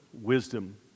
wisdom